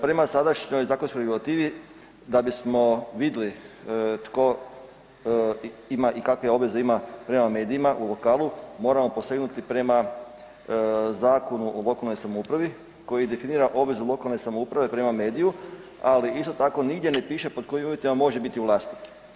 Prema sadašnjoj zakonskoj regulativi da bismo vidjeli tko ima i kakve obaveze ima prema medijima u lokalu moramo posegnuti prema Zakonu o lokalnoj samoupravi koji definira obvezu lokalne samouprave prema mediju, ali isto tako nigdje ne piše pod kojim uvjetima može biti vlasnik.